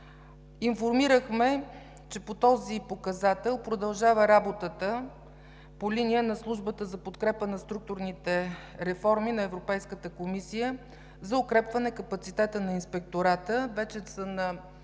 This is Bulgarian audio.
Информирахме, че по този показател продължава работата по линия на Службата за подкрепа на структурните реформи на Европейската комисия за укрепване капацитета на Инспектората. Вече сме на